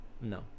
No